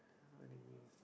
what do you mean